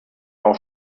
auch